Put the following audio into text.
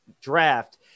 draft